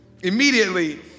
Immediately